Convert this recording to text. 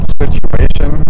situation